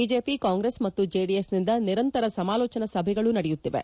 BJP Congress ಮತ್ತು ಜೆಡಿಎಸ್ನಿಂದ ನಿರಂತರ ಸಮಾಲೋಚನಾ ಸಭೆಗಳು ನಡೆಯುತ್ತಿವೆ